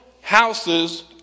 houses